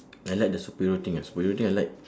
I like the superhero thing ah superhero thing I like